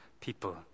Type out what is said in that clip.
people